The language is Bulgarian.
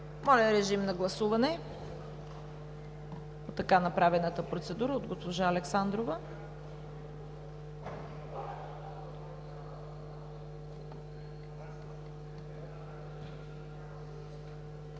Моля, режим на гласуване по така направената процедура от госпожа Александрова.